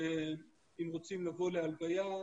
אם רוצים לבוא להלוויה,